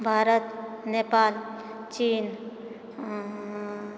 भारत नेपाल चीन